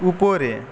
উপরে